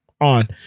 on